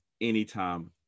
Anytime